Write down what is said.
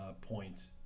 point